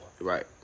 right